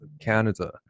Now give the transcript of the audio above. Canada